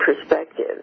perspective